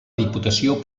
diputació